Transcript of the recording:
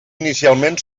inicialment